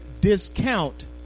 discount